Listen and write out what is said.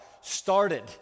started